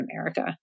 America